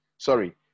Sorry